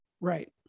Right